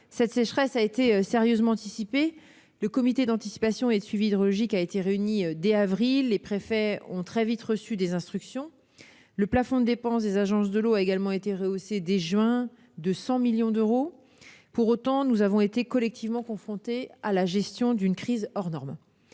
de sécheresse a été sérieusement anticipée : le Comité d'anticipation et de suivi hydrologique (Cash) a été réuni dès le mois d'avril dernier et les préfets ont très vite reçu des instructions. Le plafond de dépenses des agences de l'eau a également été rehaussé de 100 millions d'euros, dès le mois de juin. Pour autant, nous avons été collectivement confrontés à la gestion d'une crise hors norme.